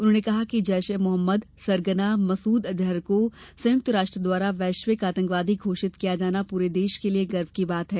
उन्होंने कहा कि जैशे मोहम्मद सरगना मसूद अजहर को संयुक्त राष्ट्र द्वारा वैश्विक आतंकवादी घोषित किया जाना पूरे देश के लिए गर्वे की बात है